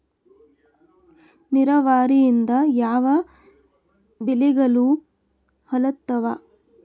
ನಿರಾವರಿಯಿಂದ ಯಾವ ಬೆಳೆಗಳು ಹಾಳಾತ್ತಾವ?